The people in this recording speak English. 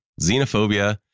xenophobia